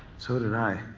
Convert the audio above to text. so did i.